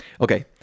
okay